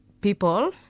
people